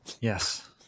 Yes